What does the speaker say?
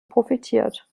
profitiert